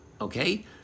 Okay